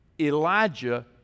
Elijah